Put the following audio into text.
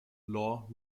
law